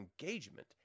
engagement